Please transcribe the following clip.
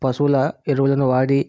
పశువుల ఎరువులను వాడి